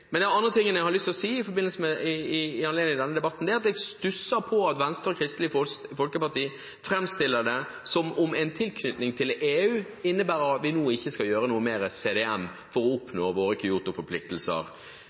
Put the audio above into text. Det andre jeg har lyst til å si i anledning denne debatten, er at jeg stusser over at Venstre og Kristelig Folkeparti framstiller det som om en tilknytning til EU innebærer at vi nå ikke skal bruke mer CDM for å oppnå våre